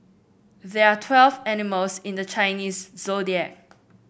there are twelve animals in the Chinese Zodiac